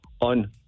on